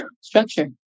structure